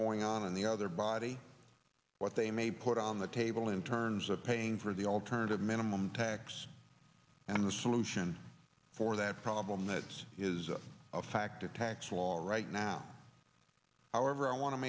going on in the other body what they may put on the table in terms of paying for the alternative minimum tax and the solution for that problem that is a fact a tax along right now however i wan